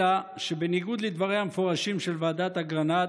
אלא שבניגוד לדבריה המפורשים של ועדת אגרנט,